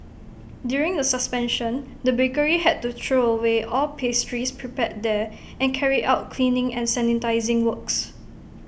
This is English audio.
during the suspension the bakery had to throw away all pastries prepared there and carry out cleaning and sanitising works